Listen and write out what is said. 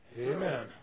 Amen